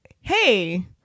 hey